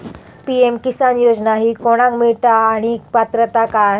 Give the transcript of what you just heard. PM Kisan योजना ही कोणाक मिळता आणि पात्रता काय?